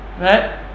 Right